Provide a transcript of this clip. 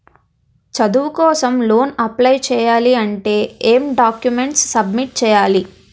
చదువు కోసం loan apply చేయాలి అంటే ఎం డాక్యుమెంట్స్ సబ్మిట్ చేయాలి?